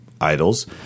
idols